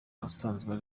asanzwe